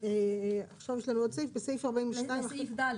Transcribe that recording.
אז עכשיו יש לנו עוד סעיף, בסעיף 42